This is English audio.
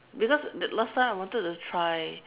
because last time I wanted to try